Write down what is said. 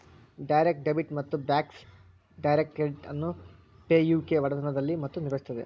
direct debit ಮತ್ತು Bacs direct credit ಅನ್ನು Pay U K ಒಡೆತನದಲ್ಲಿದೆ ಮತ್ತು ನಿರ್ವಹಿಸುತ್ತದೆ